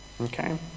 Okay